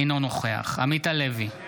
אינו נוכח עמית הלוי,